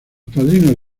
padrinos